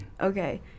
Okay